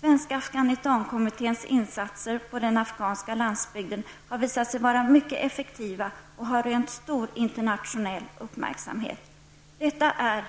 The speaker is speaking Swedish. Svenska Afghanistankommitténs insatser på den afghanska landsbygden har visat sig vara mycket effektiva och har rönt stor internationell uppmärksamhet. Detta är